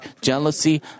jealousy